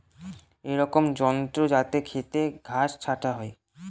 এক রকমের যন্ত্র যাতে খেতের ঘাস ছাটা হয়